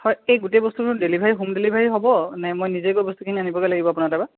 হয় এই গোটেই বস্তুখিনি ডেলিভাৰী হোম ডেলিভাৰী হ'ব নে মই নিজেই গৈ বস্তুখিনি আনিব লাগিব আপোনাৰ তাৰ পৰা